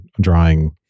drawing